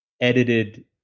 edited